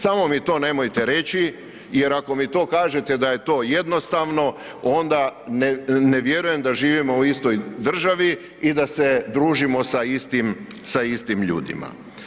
Samo mi to nemojte reći jer ako mi to kažete da je to jednostavno onda ne vjerujem da živimo u istoj državi i da se družimo sa istim, sa istim ljudima.